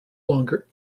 longer